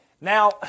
Now